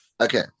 Okay